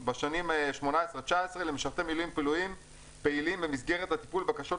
בשנים 18-19 למשרתי מילואים פעילים במסגרת הטיפול בבקשות